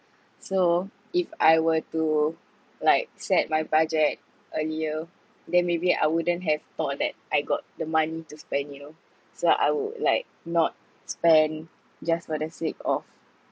so if I were to like set by budget earlier then maybe I wouldn't have thought that I got the money to spend you know so I would like not spend just for the sake of